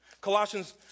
Colossians